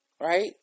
Right